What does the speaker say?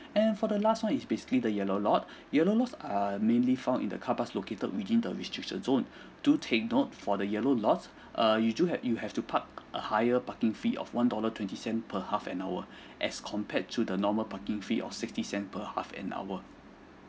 and for the last one is basically the yellow lots yellow lots are mainly found in the carparks located within the restricted zone do take note for the yellow lots err you do have you have to park a higher parking fee of one dollar twenty cent per half an hour as compared to the normal parking fee of sixty cent per half an hour